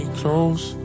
close